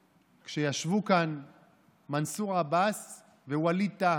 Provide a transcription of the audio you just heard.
שנייה, אבל זה בניגוד לתקנון עכשיו.